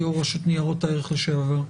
שהיה יושב-ראש רשות ניירות ערך לשעבר.